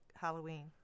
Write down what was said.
Halloween